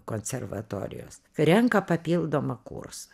konservatorijos renka papildomą kursą